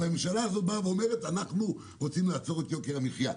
והממשלה הזאת אומרת שהיא רוצה לעצור את יוקר המחיה.